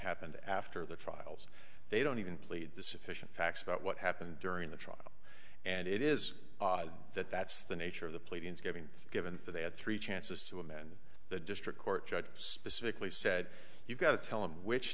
happened after the trials they don't even plead the sufficient facts about what happened during the trial and it is that that's the nature of the pleadings given given that they had three chances to amend the district court judge specifically said you've got to tell them which